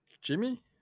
Jimmy